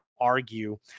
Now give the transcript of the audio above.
argue